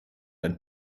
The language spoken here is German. ein